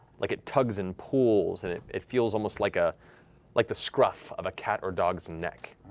like, it tugs and pulls and it it feels almost like ah like the scruff of a cat or dog's neck,